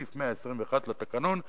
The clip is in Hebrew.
לסעיף 121 לתקנון.